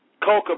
coca